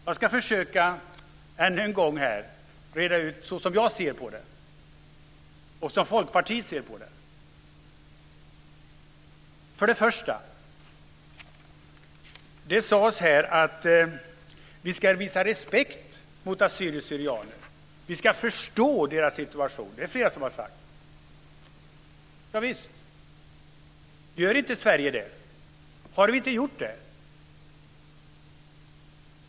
Jag ska än en gång försöka reda ut hur jag och Folkpartiet ser på det. Det sades här att vi ska visa respekt mot assyrier/syrianer. Vi ska förstå deras situation, har flera sagt. Gör inte Sverige det? Har vi inte gjort det?